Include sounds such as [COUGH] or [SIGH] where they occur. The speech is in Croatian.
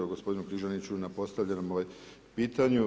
Evo ... [UNINTELLIGIBLE] gospodinu Križaniću na postavljenom pitanju.